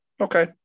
Okay